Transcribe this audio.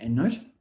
endnote.